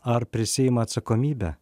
ar prisiima atsakomybę